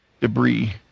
debris